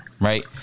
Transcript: right